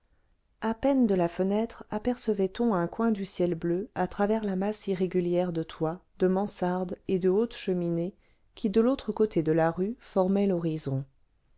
à peine de la fenêtre apercevait on un coin du ciel bleu à travers la masse irrégulière de toits de mansardes et de hautes cheminées qui de l'autre côté de la rue formait l'horizon